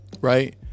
right